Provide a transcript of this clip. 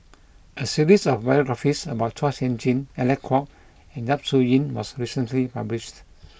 a series of biographies about Chua Sian Chin Alec Kuok and Yap Su Yin was recently published